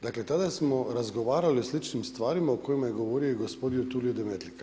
Dakle, tada smo razgovarali o sličnim stvarima o kojima je govorio i gospodin Tulio Demetlika.